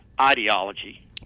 ideology